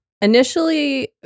initially